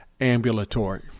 ambulatory